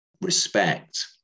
respect